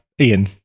Ian